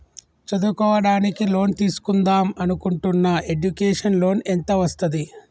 చదువుకోవడానికి లోన్ తీస్కుందాం అనుకుంటున్నా ఎడ్యుకేషన్ లోన్ ఎంత వస్తది?